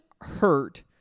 hurt